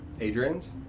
Adrian's